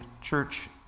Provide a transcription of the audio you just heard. church